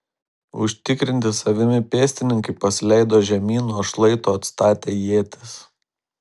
užtikrinti savimi pėstininkai pasileido žemyn nuo šlaito atstatę ietis